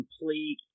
complete